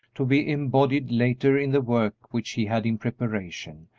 to be embodied later in the work which he had in preparation,